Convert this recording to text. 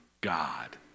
God